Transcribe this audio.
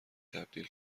تبدیل